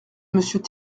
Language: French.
monsieur